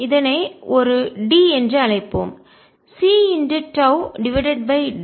இதனை ஒரு d என்று அழைப்போம் c τ டிவைடட் பை d